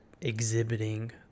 exhibiting